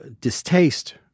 distaste